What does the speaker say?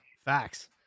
Facts